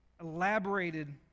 elaborated